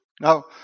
Now